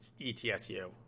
ETSU